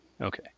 okay